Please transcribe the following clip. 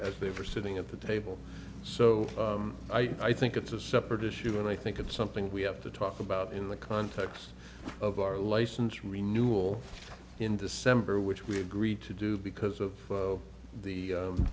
as they were sitting at the table so i think it's a separate issue and i think it's something we have to talk about in the context of our license renewal in december which we agreed to do because